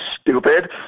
stupid